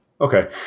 Okay